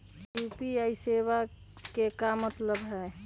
UPI सेवा के का मतलब है?